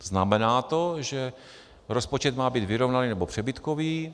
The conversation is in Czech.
Znamená to, že rozpočet má být vyrovnaný nebo přebytkový.